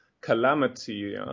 calamity